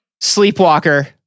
Sleepwalker